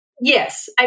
Yes